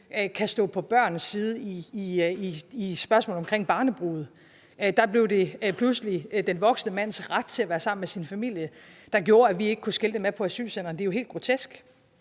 kunne stå på barnets side i spørgsmålet om barnebrude. Der blev det pludselig den voksne mands ret til at være sammen med sin familie, der gjorde, at vi ikke kunne skille dem ad på asylcenteret. Det er jo helt grotesk.